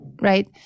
Right